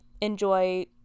enjoy